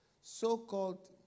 so-called